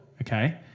okay